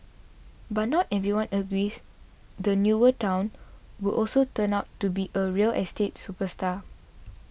but not everyone agrees the newer town will also turn out to be a real estate superstar